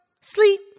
sleep